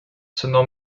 sonore